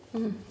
mm